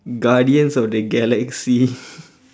guardians of the galaxy